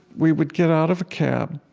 we would get out of a cab,